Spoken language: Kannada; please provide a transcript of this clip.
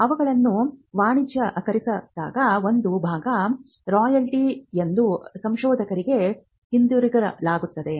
ಅವುಗಳನ್ನು ವಾಣಿಜ್ಯೀಕರಿಸಿದಾಗ ಒಂದು ಭಾಗ ರಾಯಲ್ಟಿ ಎಂದು ಸಂಶೋಧಕರಿಗೆ ಹಿಂದಿರುಗಿಸಲಾಗುತ್ತದೆ